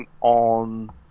on